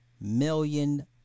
million